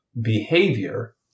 behavior